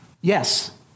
yes